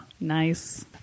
nice